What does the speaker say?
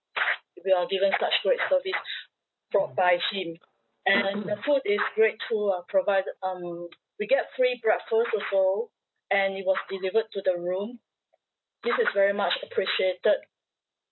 we are given such great service fro~ by him and the food is great too ah provided um we get free breakfast also and it was delivered to the room this is very much appreciated